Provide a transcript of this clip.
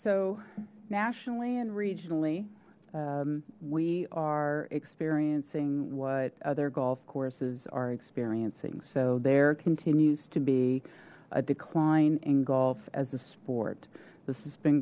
so nationally and regionally we are experiencing what other golf courses are experiencing so there continues to be a decline in golf as a sport this has been